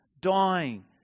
dying